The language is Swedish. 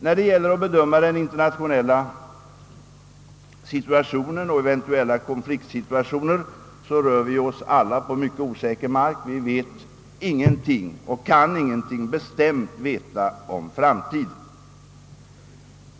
När det gäller att bedöma den internationella situationen och eventuella konfliktrisker rör vi oss alla på mycket osäker mark — vi vet ingenting och kan ingenting veta om framtiden.